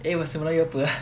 air bahasa melayu apa ah